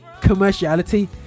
commerciality